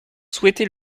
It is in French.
souhaitez